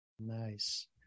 Nice